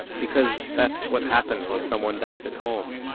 because that's what happens when someone dies at home.